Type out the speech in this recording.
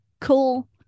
cool